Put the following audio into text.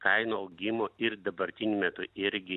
kainų augimo ir dabartiniu metu irgi